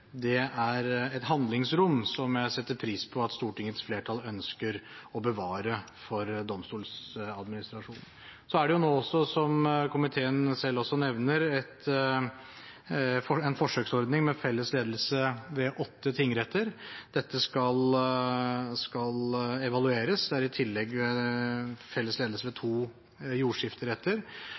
er et handlingsrom som jeg setter pris på at Stortingets flertall ønsker å bevare for Domstoladministrasjonen. Nå er det – som komiteen selv også nevner – en forsøksordning med felles ledelse ved åtte tingretter. Dette skal evalueres. Det er i tillegg felles ledelse ved to jordskifteretter. Etter